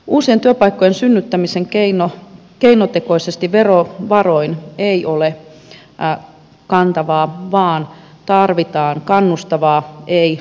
uusien työpaikkojen synnyttäminen keinotekoisesti verovaroin ei ole kantavaa vaan tarvitaan kannustavaa ei lannistavaa suomea